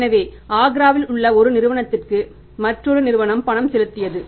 எனவே ஆக்ராவில் உள்ள ஒரு நிறுவனத்திற்கு மற்றொரு நிறுவனம் பணம் செலுத்தியது